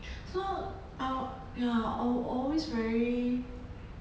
so I'll ya al~ always very